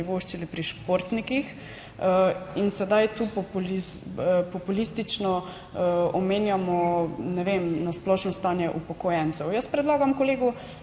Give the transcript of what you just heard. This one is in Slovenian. bi privoščili pri športnikih. In sedaj tu populistično omenjamo, ne vem, na splošno stanje upokojencev. Jaz predlagam kolegu